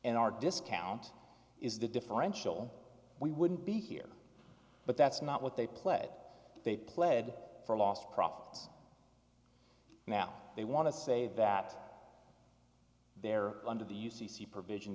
and our discount is the differential we wouldn't be here but that's not what they pled they pled for lost profits now they want to say that there under the u c c provision